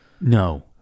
no